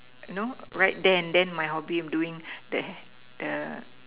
no right there and then my hobby of doing there the